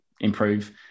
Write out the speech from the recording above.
improve